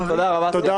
שיהיה לכם בהצלחה.